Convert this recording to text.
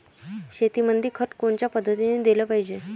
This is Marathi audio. शेतीमंदी खत कोनच्या पद्धतीने देलं पाहिजे?